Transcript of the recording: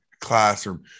classroom